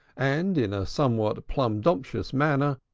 and, in a somewhat plumdomphious manner,